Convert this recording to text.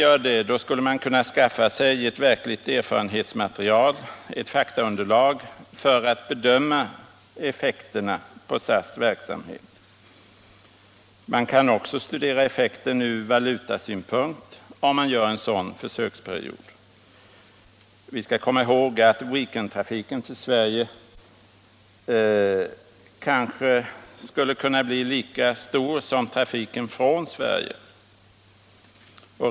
Gör man det skulle man kunna skaffa sig ett verkligt erfarenhetsmaterial, ett faktaunderlag, för att bedöma effekterna på SAS verksamhet. Man kan också studera effekten från valutasynpunkt, om man har en sådan försöksperiod. Vi skall komma ihåg att weekendtrafiken till Sverige kanske skulle kunna bli lika stor som trafiken från Sverige.